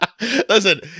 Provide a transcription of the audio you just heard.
Listen